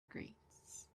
grades